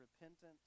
repentance